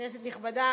כנסת נכבדה,